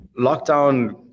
lockdown